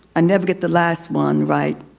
i never get the last one right.